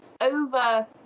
over